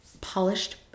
polished